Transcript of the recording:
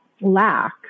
lack